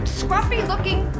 scruffy-looking